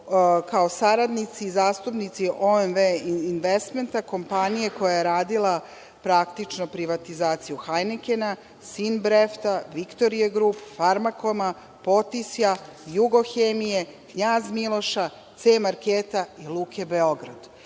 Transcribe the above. kao saradnici i zastupnici OMV investmenta, kompanije koja je radila praktično privatizaciju „Hajnikena“, „Simbrefta“, „Viktorija grup“, „Farmakoma“, „Potisja“, „Jugohemije“, „Knjaz Miloša“, „C marketa“ i Luke „Beograd“.Eto,